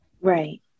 Right